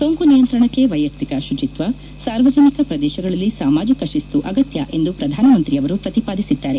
ಸೋಂಕು ನಿಯಂತ್ರಣಕ್ಕೆ ವೈಯಕ್ತಿಕ ಪುಚಿತ್ವ ಸಾರ್ವಜನಿಕ ಪ್ರದೇಶಗಳಲ್ಲಿ ಸಾಮಾಜಿಕ ಶಿಸ್ತು ಅಗತ್ಯ ಎಂದು ಶ್ರಧಾನಮಂತ್ರಿ ಅವರು ಶ್ರತಿಪಾದಿಸಿದ್ದಾರೆ